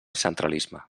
centralisme